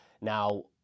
Now